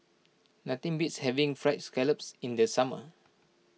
nothing beats having Fried Scallops in the summer